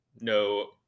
no